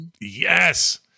Yes